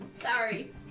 Sorry